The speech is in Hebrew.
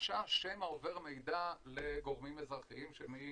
חשש שמא עובר מידע לגורמים אזרחיים שמי